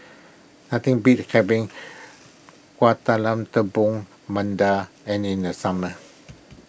nothing beats having Kueh Talam Tepong and in the summer